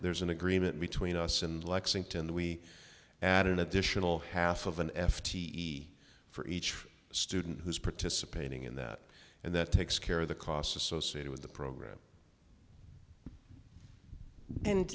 there's an agreement between us and lexington we add an additional half of an f t for each student who's participating in that and that takes care of the costs associated with the program and